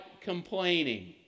complaining